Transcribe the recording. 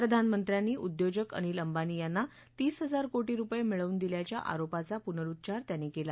प्रधानमंत्र्यांनी उद्योजक अनिल अंबानी यांना तीस हजार कोटी रुपये मिळवून दिल्याच्या आरोपाचा पुनरुच्चार त्यांनी केला